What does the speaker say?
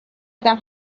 ادم